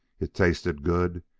it tasted good,